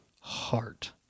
heart